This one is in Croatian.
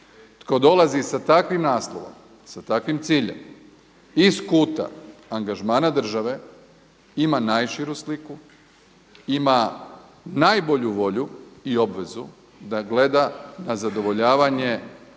tko dolazi sa takvim naslovom, sa takvim ciljem iz kuta angažmana države ima najširu sliku, ima najbolju volju i obvezu da gleda na zadovoljavanje